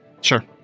Sure